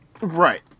Right